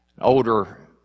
older